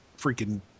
freaking